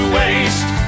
waste